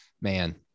man